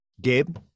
Gabe